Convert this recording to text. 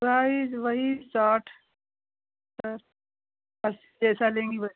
prize वही साठ सत्तर अस्सी जैसा लेंगी वैसा दाम है